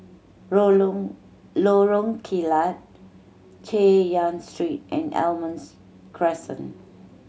Lorong Kilat Chay Yan Street and Almonds Crescent